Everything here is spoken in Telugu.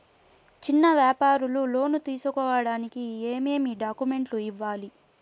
చిన్న వ్యాపారులు లోను తీసుకోడానికి ఏమేమి డాక్యుమెంట్లు ఇవ్వాలి?